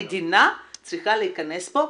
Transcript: המדינה צריכה להיכנס פה,